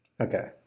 Okay